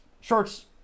shorts